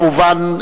כמובן,